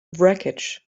wreckage